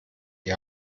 die